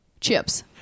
Chips